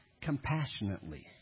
compassionately